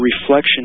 reflection